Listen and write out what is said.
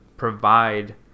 Provide